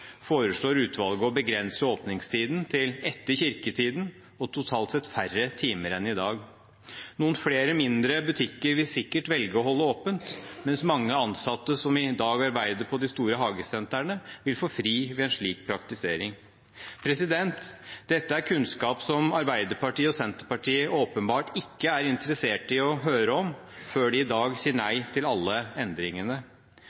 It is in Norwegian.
foreslår utvalget å begrense åpningstiden til etter kirketiden og totalt sett til færre timer enn i dag. Noen flere mindre butikker vil sikkert velge å holde åpent, mens mange ansatte som i dag arbeider på de store hagesentrene, vil få fri ved en slik praktisering. Dette er kunnskap som Arbeiderpartiet og Senterpartiet åpenbart ikke er interessert i å høre om før de i dag sier